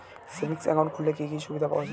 Savings account খুললে কি সুবিধা পাওয়া যায়?